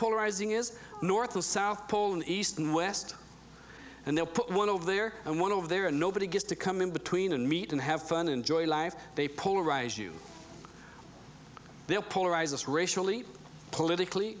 polarizing is north and south pole and east and west and they'll put one over there and one over there and nobody gets to come in between and meet and have fun enjoy life they polarize you they'll polarize us racially politically